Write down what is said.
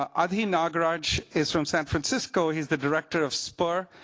um ah adhi nagraj is from san francisco. he's the director of spur,